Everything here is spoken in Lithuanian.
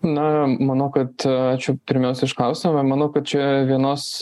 na manau kad ačiū pirmiausia už klausimą manau kad čia vienos